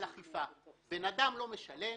אדם לא משלם.